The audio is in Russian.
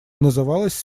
называлась